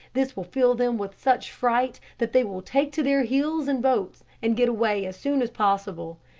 this will fill them with such fright that they will take to their heels and boats and get away as soon as possible.